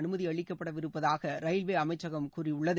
அனுமதி அளிக்கப்படவிருப்பதாக ரயில்வே அமைச்சகம் கூறியுள்ளது